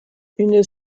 une